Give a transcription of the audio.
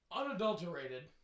unadulterated